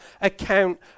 account